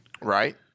Right